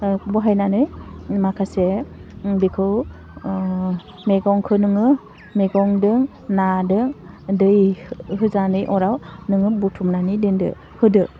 बहायनानै माखासे बेखौ मेगंखौ नोङो मेगंदों नादों दैहोनानै अराव नोङो बुथुमनानै दोनदो होदो